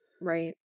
Right